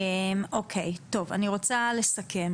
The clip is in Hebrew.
אני רוצה לסכם